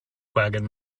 wagon